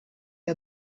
che